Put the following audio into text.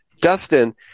Dustin